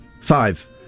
Five